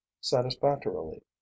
satisfactorily